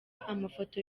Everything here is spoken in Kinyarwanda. amafoto